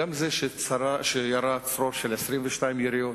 גם נגד זה שירה צרור של 22 יריות.